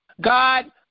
God